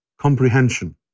comprehension